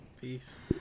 peace